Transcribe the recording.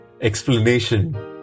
explanation